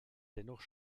dennoch